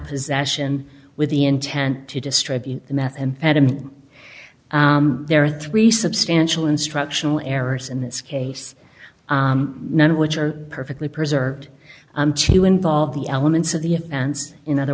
possession with the intent to distribute the methamphetamine there are three substantial instructional errors in this case none of which are perfectly preserved to involve the elements of the ants in other